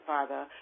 Father